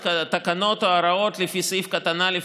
התקנות או ההוראות לפי סעיף קטן (א),